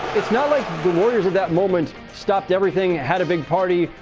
it's not like the warriors of that moment stopped everything had a big party.